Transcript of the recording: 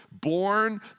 born